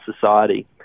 society